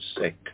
sick